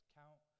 count